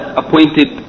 appointed